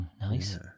nice